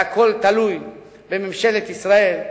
והכול תלוי בממשלת ישראל.